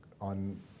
on